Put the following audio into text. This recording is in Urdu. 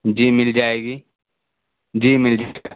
جی مل جائے گی جی مل جائے گا